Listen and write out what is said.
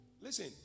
Listen